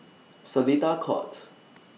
Seletar Court